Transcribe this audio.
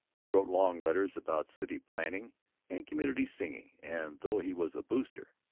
he wrote long letters about city planning and community singing, and, though he was a booster,